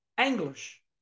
English